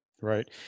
right